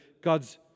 God's